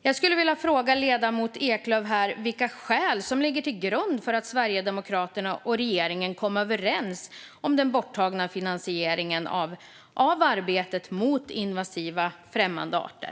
Jag skulle vilja fråga ledamoten Eklöf vad som ligger till grund för att Sverigedemokraterna och regeringen kom överens om den borttagna finansieringen av arbetet mot invasiva, främmande arter.